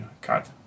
cut